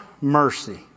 mercy